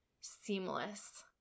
seamless